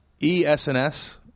ESNS